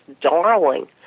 darling